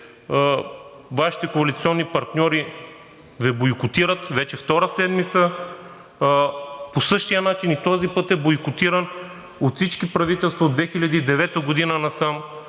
Вашите коалиционни партньори Ви бойкотират вече втора седмица. По същия начин и този път е бойкотиран от всички правителства от 2009 г. насам.